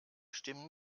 stimmen